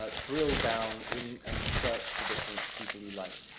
ah drill down in, and search for different people you like.